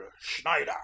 schneider